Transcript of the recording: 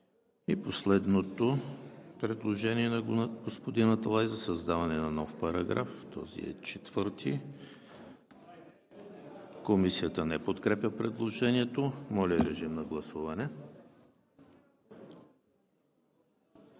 Последното предложение на господин Аталай за създаване на нов параграф, този е четвърти – Комисията не подкрепя предложението. Моля, режим на гласуване.